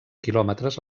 quilòmetres